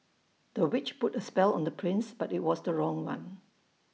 the witch put A spell on the prince but IT was the wrong one